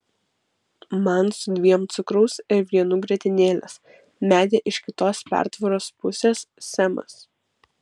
man su dviem cukraus ir vienu grietinėlės metė iš kitos pertvaros pusės semas